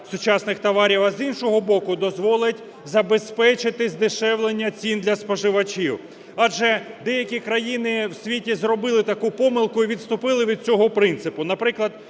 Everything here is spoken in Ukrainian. сучасних товарів, а з іншого боку, дозволить забезпечити здешевлення цін для споживачів. Адже деякі країни в світі зробили таку помилку і відступили від цього принципу.